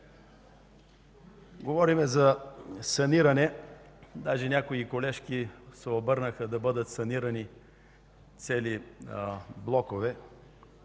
Говорим за саниране, даже някои колежки се обърнаха – да бъдат санирани цели блокове,